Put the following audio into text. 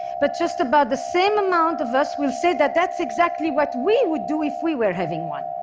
but just about the same amount of us will say that that's exactly what we would do if we were having one.